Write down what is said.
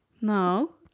No